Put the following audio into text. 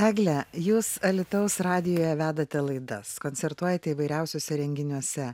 egle jūs alytaus radijuje vedate laidas koncertuojate įvairiausiuose renginiuose